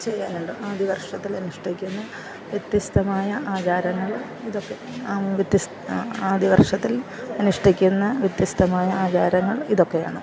ചെയ്യാനുണ്ട് ആദ്യവർഷത്തിലനുഷ്ഠിക്കുന്ന വ്യത്യസ്തമായ ആചാരങ്ങൾ ഇതൊക്കെ വ്യത്യസ്ത ആദ്യവർഷത്തിൽ അനുഷ്ഠിക്കുന്ന വ്യത്യസ്തമായ ആചാരങ്ങൾ ഇതൊക്കെയാണ്